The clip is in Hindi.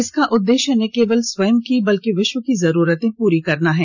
इसका उद्देश्य न केवल स्वयं की बल्कि विश्व की जरूरते पूरी करना है